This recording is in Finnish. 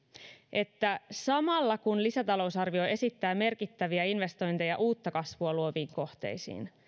että samalla kun lisätalousarvio esittää merkittäviä investointeja uutta kasvua luoviin kohteisiin